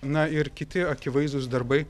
na ir kiti akivaizdūs darbai